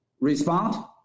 respond